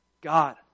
God